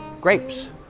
grapes